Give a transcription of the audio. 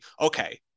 okay